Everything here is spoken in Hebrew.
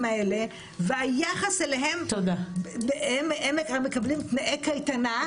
האלה והיחס אליהם והם מקבלים תנאי קייטנה.